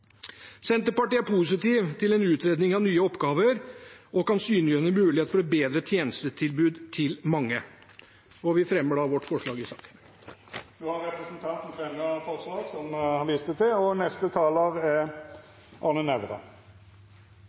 Senterpartiet er positiv til en utredning av nye oppgaver og mener at den kan synliggjøre muligheter for bedre tjenestetilbud til mange. Jeg tar da opp Senterpartiet og SVs forslag i saken. Representanten Bengt Fasteraune har teke opp det forslaget han refererte til.